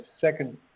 second